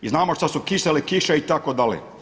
I znamo šta su kisele kiše itd.